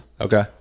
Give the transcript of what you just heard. Okay